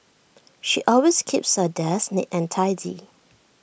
she always keeps her desk neat and tidy